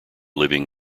living